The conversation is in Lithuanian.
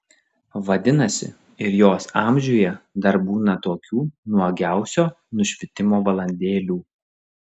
vadinasi ir jos amžiuje dar būna tokių nuogiausio nušvitimo valandėlių